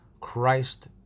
christ